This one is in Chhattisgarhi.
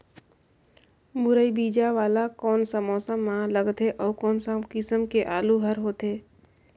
मुरई बीजा वाला कोन सा मौसम म लगथे अउ कोन सा किसम के आलू हर होथे?